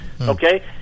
Okay